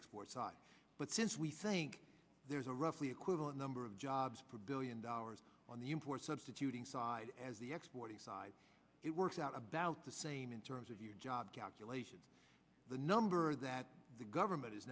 export side but since we think there's a roughly equivalent number of jobs and dollars on the import substituting side as the exploiting side it works out about the same in terms of your job calculation the number that the government is